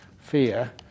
fear